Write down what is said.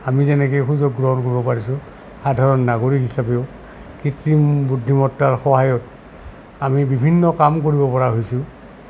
আমি যেনেকে সুযোগ গ্ৰহণ কৰিব পাৰিছোঁ সাধাৰণ নাগৰিক হিচাপেও কৃত্ৰিম বুদ্ধিমত্তাৰ সহায়ত আমি বিভিন্ন কাম কৰিব পৰা হৈছোঁ